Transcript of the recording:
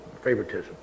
favoritism